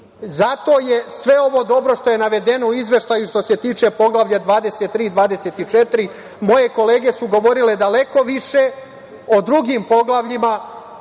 je sve ovo dobro što je navedeno u Izveštaju što se tiče Poglavlja 23 i 24. Moje kolege su govorile daleko više o drugim poglavljima,